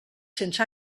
sense